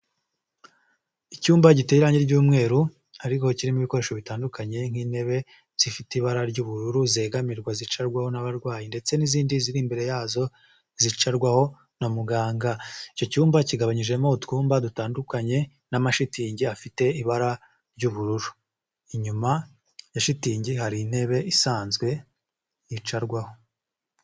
Icyumba giteye irangi ry'umweru ariko kirimo ibikoresho bitandukanye nk'intebe zifite ibara ry'ubururu, zegamirwa, zicarwaho n'abarwayi ndetse n'izindi ziri imbere yazo zicarwaho na muganga. Icyo cyumba kigabanyijemo utwumba dutandukanye n'amashitingi afite ibara ry'ubururu. Inyuma ya shitingi hari intebe isanzwe yicarwaho.